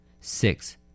Six